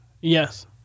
Yes